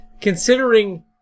considering